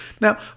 now